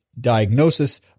diagnosis